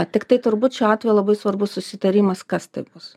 tiktai turbūt šiuo atveju labai svarbus susitarimas kas tai bus